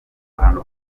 ruhando